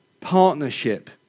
partnership